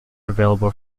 available